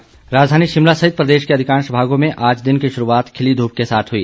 मौसम राजधानी शिमला सहित प्रदेश के अधिकांश भागों में आज दिन की शुरूआत खिली धूप के साथ हुई